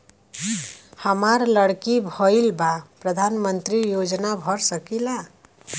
हमार लड़की भईल बा प्रधानमंत्री योजना भर सकीला?